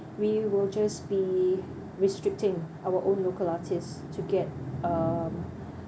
we will just be restricting our own local artists to get um